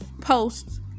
posts